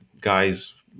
guys